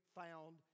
found